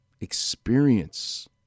experience